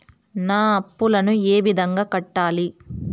నా అప్పులను ఏ విధంగా కట్టాలి?